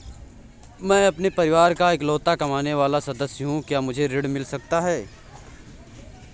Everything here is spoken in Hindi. मैं अपने परिवार का इकलौता कमाने वाला सदस्य हूँ क्या मुझे ऋण मिल सकता है?